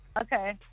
Okay